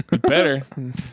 Better